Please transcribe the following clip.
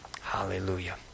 Hallelujah